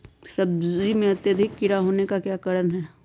सब्जी में अत्यधिक कीड़ा होने का क्या कारण हैं?